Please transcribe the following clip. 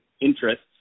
interests